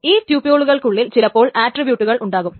ഈ ട്യൂപിളുകൾക്കുള്ളിൽ ചിലപ്പോൾ ആട്രീബ്യൂട്ടുകൾ ഉണ്ടാകും